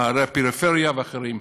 ערי הפריפריה ואחרים.